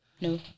No